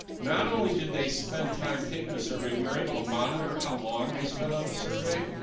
not only did they spend time taking the survey, we were able to monitor how long they spent on the survey,